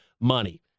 money